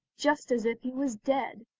just as if he was dead.